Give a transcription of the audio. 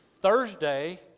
Thursday